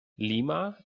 lima